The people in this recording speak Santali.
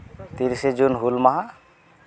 ᱛᱤᱨᱤᱥᱮ ᱡᱩᱱ ᱦᱩᱞ ᱢᱟᱦᱟ